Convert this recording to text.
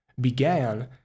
began